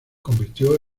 convirtió